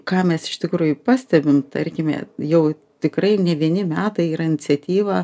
ką mes iš tikrųjų pastebim tarkime jau tikrai ne vieni metai yra iniciatyva